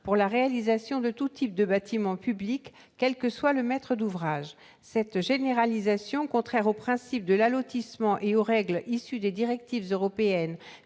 pour la réalisation de tous types de bâtiments publics, quel que soit le maître d'ouvrage. Cette généralisation, contraire au principe de l'allotissement et aux règles issues des directives européennes